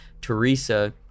Teresa